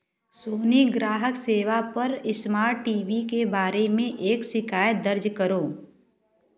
सोने ग्राहक सेवा पर इस्मार्ट टी वी के बारे में एक शिकायत दर्ज करो